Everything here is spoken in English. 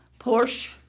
Porsche